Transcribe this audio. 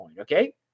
okay